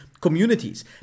communities